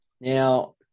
Now